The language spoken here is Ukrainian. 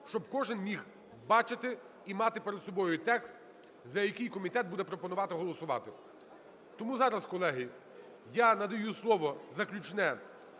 щоб кожен міг бачити і мати перед собою текст, за який комітет буде пропонувати голосувати. Тому зараз, колеги, я надаю слово заключне